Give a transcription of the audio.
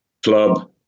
club